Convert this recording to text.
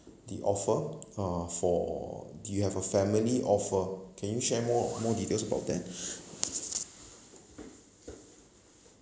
the offer uh for do you have a family offer can you share more more details about that